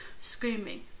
screaming